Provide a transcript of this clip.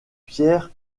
pierre